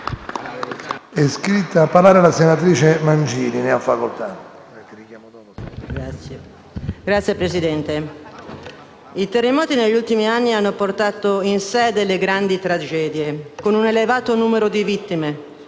Signor Presidente, i terremoti degli ultimi anni hanno portato in sé delle grandi tragedie, con un elevato numero di vittime,